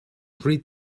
three